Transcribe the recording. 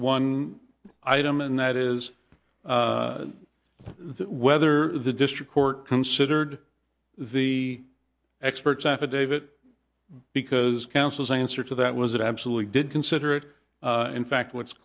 one item and that is that whether the district court considered the experts affidavit because councils answer to that was it absolutely did consider it in fact what's